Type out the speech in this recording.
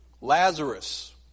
Lazarus